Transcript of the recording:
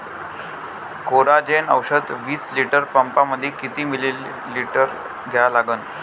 Coragen औषध विस litre पंपामंदी किती मिलीमिटर घ्या लागन?